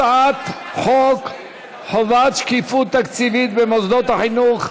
הצעת חוק חובת שקיפות תקציבית במוסדות החינוך,